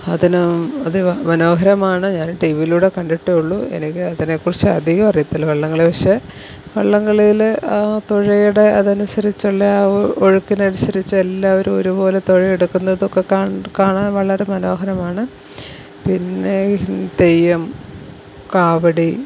അതിന് അതിമ മനോഹരമാണ് ഞാൻ ടി വിയിലൂടെ കണ്ടിട്ടെ ഉള്ളു എനിക്ക് അതിനെകുറിച്ച് അധികം അറിയത്തില്ല വള്ളംകളി പക്ഷെ വള്ളംകളിയിൽ ആ തുഴയുടെ അതനുസരിച്ചുള്ള ആ ഒഴുക്കിനനുസരിച്ച് എല്ലാവരും ഒരുപോലെ തോഴയെടുക്കുന്നതു ഒക്കെ കണ്ട് കാണാൻ വളരെ മനോഹരമാണ് പിന്നെ തെയ്യം കാവടി